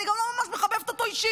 אני גם לא ממש מחבבת אותו אישית,